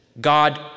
God